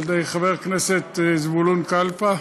על-ידי חבר הכנסת זבולון כלפה,